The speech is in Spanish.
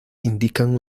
indican